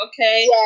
okay